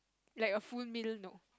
like a full meal no